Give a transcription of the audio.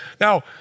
Now